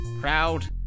Proud